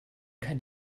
kein